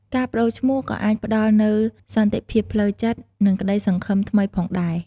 ការប្ដូរឈ្មោះក៏អាចផ្ដល់នូវ សន្តិភាពផ្លូវចិត្ត និងក្តីសង្ឃឹមថ្មីផងដែរ។